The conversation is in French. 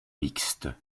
mixte